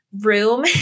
room